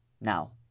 now